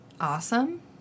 awesome